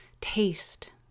taste